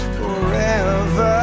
forever